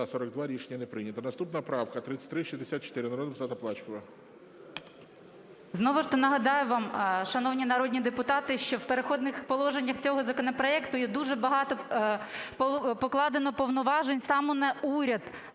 За-42 Рішення не прийнято. Наступна правка 3364, народна депутатка Плачкова. 17:51:37 ПЛАЧКОВА Т.М. Знову ж таки нагадаю вам, шановні народні депутати, що в Перехідних положеннях цього законопроекту є дуже багато покладено повноважень саме на уряд